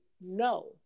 no